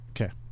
Okay